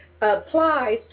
applies